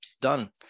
done